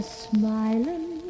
smiling